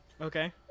Okay